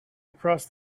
across